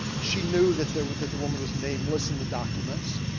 she knew that there was that the woman was nameless in the documents.